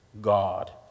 God